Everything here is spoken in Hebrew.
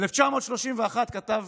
ב-1931 כתב